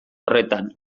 horretan